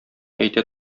әйтә